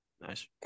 Nice